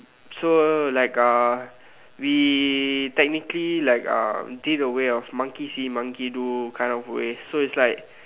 so like uh we technically like um did a way of monkey see monkey do kind of way so it's like